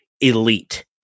elite